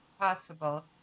possible